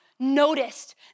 noticed